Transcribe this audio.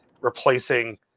replacing –